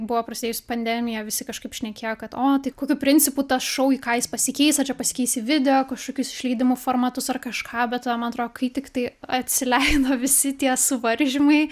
buvo prasidėjus pandemija visi kažkaip šnekėjo kad o tai kokiu principu tas šou į ką jis pasikeis ar čia pasikeis į video kažkokius išleidimo formatus ar kažką bet va man atro kai tik tai atsileido visi tie suvaržymai